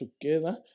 together